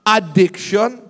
Addiction